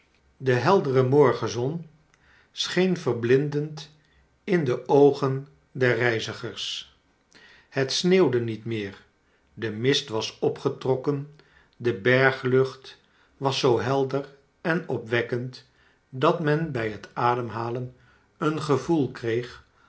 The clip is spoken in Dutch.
de heldere morgenzon scheen verblindend in de oogen der reizigers het sneeuwde niet meer de mist was opgetrokken de berglucht was zoo helder en opwekkend dat men bij het ademhalen een gevoel kreeg